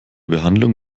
behandlung